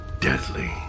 deadly